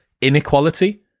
inequality